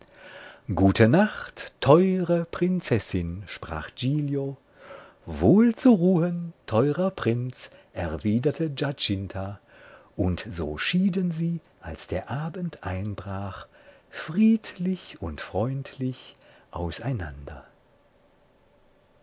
gute nacht teure prinzessin sprach giglio wohl zu ruhen teurer prinz erwiderte giacinta und so schieden sie als der abend einbrach friedlich und freundlich